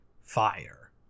fire